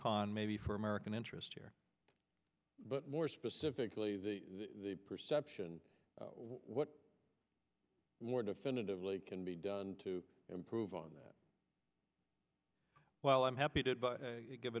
con maybe for american interests here but more specifically the perception what more definitively can be done to improve on that while i'm happy to give